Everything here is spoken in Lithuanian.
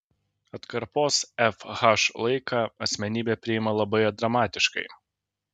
atkarpos fh laiką asmenybė priima labai dramatiškai